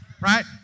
Right